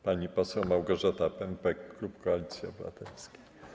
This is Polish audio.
Pani poseł Małgorzata Pępek, klub Koalicji Obywatelskiej.